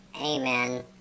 Amen